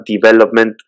development